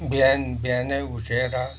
बिहान बिहानै उठेर